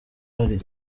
ari